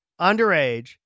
underage